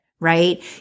right